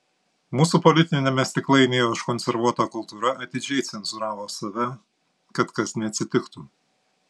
mūsų politiniame stiklainyje užkonservuota kultūra atidžiai cenzūravo save kad kas neatsitiktų